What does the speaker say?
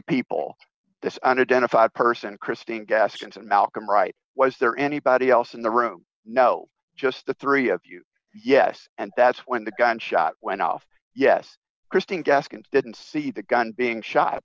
five person christine gaston's and malcolm wright was there anybody else in the room no just the three of you yes and that's when the gunshot went off yes christine gaskins didn't see the gun being shot